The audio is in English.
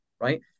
right